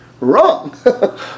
Wrong